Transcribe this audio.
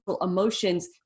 emotions